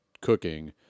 cooking